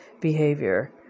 behavior